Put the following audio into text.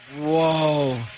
Whoa